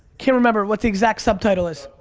can't remember what's the exact subtitle is?